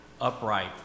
upright